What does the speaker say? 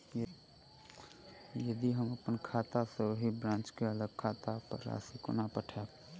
यदि हम अप्पन खाता सँ ओही ब्रांच केँ अलग खाता पर राशि कोना पठेबै?